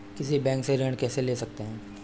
किसी बैंक से ऋण कैसे ले सकते हैं?